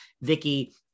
Vicky